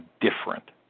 different